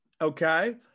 Okay